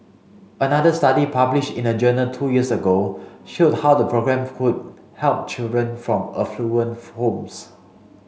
another study published in a journal two years ago showed how the programme could help children from affluent homes